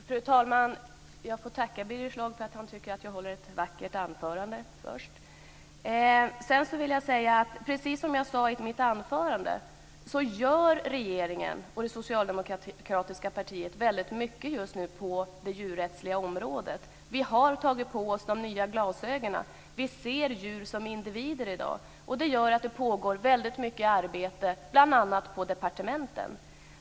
Fru talman! Först vill jag tacka Birger Schlaug för att han tycker att jag håller ett vackert anförande. Precis som jag sade i mitt anförande gör regeringen och det socialdemokratiska partiet just nu väldigt mycket på det djurrättsliga området. Vi har tagit på oss de nya glasögonen. Vi ser djur som individer i dag, och det gör att det pågår mycket arbete bl.a. på departementen.